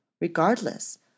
regardless